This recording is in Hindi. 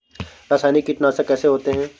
रासायनिक कीटनाशक कैसे होते हैं?